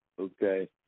okay